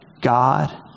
God